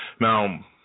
Now